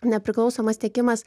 nepriklausomas tiekimas